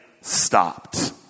stopped